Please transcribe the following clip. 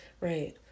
Right